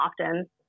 often